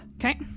Okay